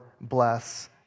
bless